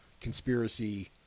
conspiracy